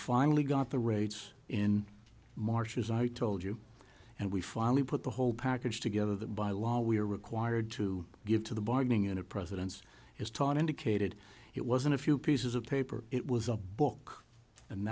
finally got the rates in march as i told you and we finally put the whole package together that by law we are required to give to the bargaining in a president's is taught indicated it wasn't a few pieces of paper it was a book and